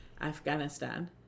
Afghanistan